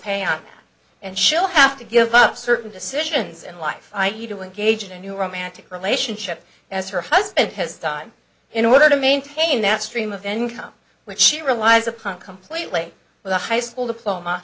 pay off and she'll have to give up certain decisions in life i e to engage in a new romantic relationship as her husband has time in order to maintain that stream of income which she relies upon completely with a high school diploma